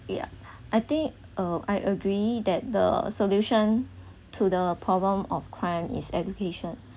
yeah I think uh I agree that the solution to the problem of crime is education